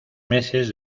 meses